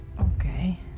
Okay